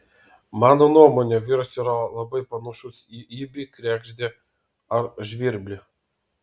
mano nuomone vyras yra labai panašus į ibį kregždę ar žvirblį